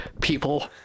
people